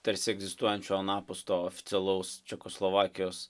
tarsi egzistuojančio anapus to oficialaus čekoslovakijos